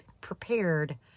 prepared